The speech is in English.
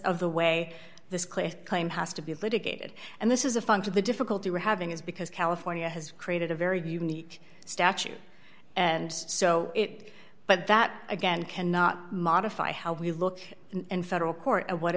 of the way this class claim has to be litigated and this is a function the difficulty we're having is because california has created a very unique statute and so it but that again cannot modify how we look in federal court and what